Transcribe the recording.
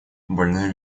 больной